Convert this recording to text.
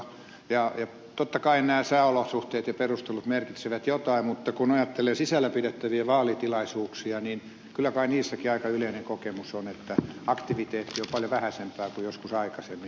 totta kai nämä sääolosuhteet ja perustelut merkitsevät jotain mutta kun ajattelee sisällä pidettäviä vaalitilaisuuksia niin kyllä kai niissäkin aika yleinen kokemus on että aktiviteetti on paljon vähäisempää kuin joskus aikaisemmin